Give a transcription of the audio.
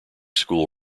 school